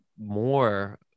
more